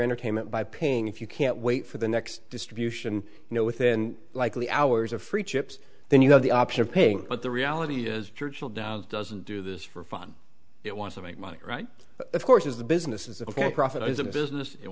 entertainment by paying if you can't wait for the next distribution you know within likely hours of free chips then you have the option of paying but the reality is churchill downs doesn't do this for fun it wants to make money right of course is the business is a profit is a business